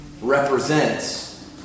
represents